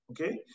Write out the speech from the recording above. okay